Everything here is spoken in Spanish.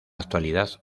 actualidad